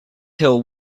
till